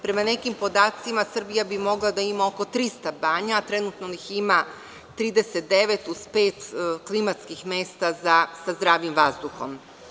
Prema nekim podacima Srbija bi mogla da ima oko 300 banja, a trenutno ih ima 39 uz pet klimatskih mesta sa zdravim vazduhom.